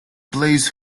plays